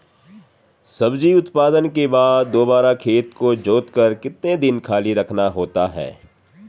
सब्जी उत्पादन के बाद दोबारा खेत को जोतकर कितने दिन खाली रखना होता है?